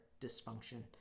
dysfunction